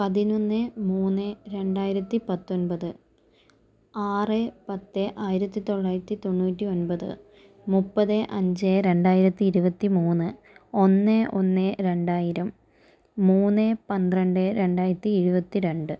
പതിനൊന്ന് മൂന്ന് രണ്ടായിരത്തി പത്തൊൻപത് ആറ് പത്ത് ആയിരത്തി തൊള്ളായിരത്തി തൊണ്ണൂറ്റി ഒൻപത് മുപ്പത് അഞ്ച് രണ്ടായിരത്തി ഇരുപത്തി മൂന്ന് ഒന്ന് ഒന്ന് രണ്ടായിരം മൂന്ന് പന്ത്രണ്ട് രണ്ടായിരത്തി ഇരുപത്തി രണ്ട്